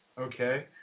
Okay